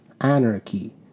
anarchy